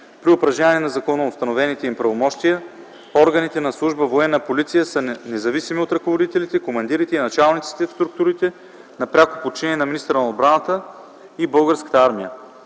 При упражняване на законоустановените им правомощия органите на служба „Военна полиция” са независими от ръководителите, командирите и началниците в структурите на пряко подчинение на министъра на отбраната и Българската армия.